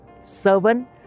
servant